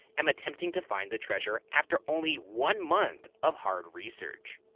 am attempting to find the treasure after only one month of hard research.